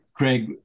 Craig